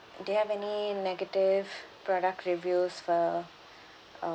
do you have any negative product reviews for um